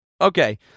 Okay